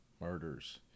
murders